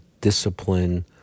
discipline